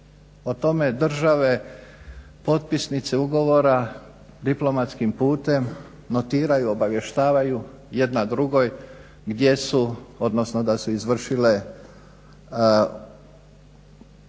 o tome države potpisnice ugovora diplomatskim putem notiraju, obavještavaju jedna drugoj gdje su odnosno da su izvršile